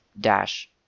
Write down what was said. dash